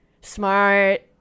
smart